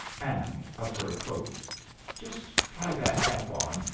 and a fur coat just try that cap on,